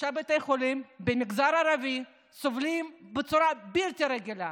שלושה בתי חולים במגזר הערבי סובלים בצורה בלתי רגילה.